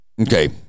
Okay